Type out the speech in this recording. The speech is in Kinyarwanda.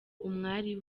umwari